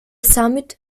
summit